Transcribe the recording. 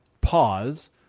pause